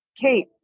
Kate